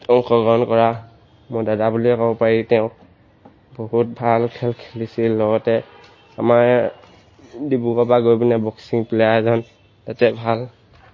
অংশগ্ৰহণ কৰা মোৰ দাদা বুলিয়ে ক'ব পাৰি তেওঁক বহুত ভাল খেল খেলিছিল লগতে আমাৰ ডিব্ৰুগড়ৰপৰা গৈ পিনে বক্সিং প্লেয়াৰ এজন তাতে ভাল